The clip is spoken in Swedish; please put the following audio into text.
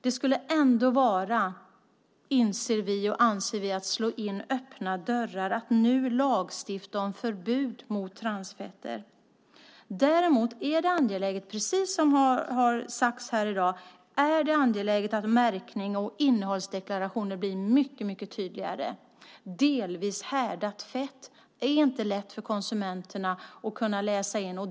Det skulle ändå vara, anser vi, att slå in öppna dörrar att nu lagstifta om förbud mot transfetter. Däremot är det angeläget, precis som har sagts här i dag, att märkning och innehållsdeklarationer blir mycket tydligare. "Delvis härdat fett" är inte lätt för konsumenterna att kunna läsa in.